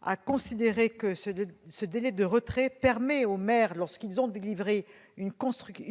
parce que le délai de retrait permet aux maires, lorsqu'ils ont délivré une